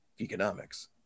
economics